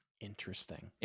Interesting